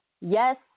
Yes